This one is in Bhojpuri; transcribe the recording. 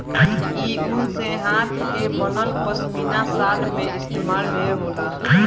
इ ऊन से हाथ के बनल पश्मीना शाल में इस्तमाल ढेर होला